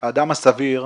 האדם הסביר,